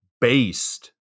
based